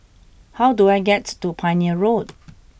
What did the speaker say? how do I get to Pioneer Road